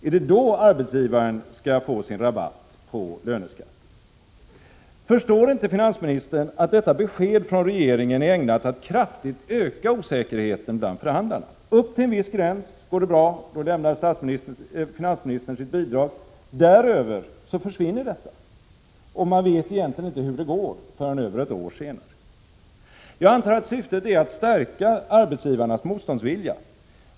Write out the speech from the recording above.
Är det då arbetsgivaren skall få sin rabatt på löneskatten? Förstår inte finansministern att detta besked från regeringen är ägnat att kraftigt öka osäkerheten bland förhandlarna? Upp till en viss gräns går det bra — då lämnar finansministern sitt bidrag. Däröver försvinner detta bidrag, och man vet egentligen inte hur det går förrän över ett år senare. Jag antar att syftet är att stärka arbetsgivarnas motståndsvilja.